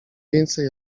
więcej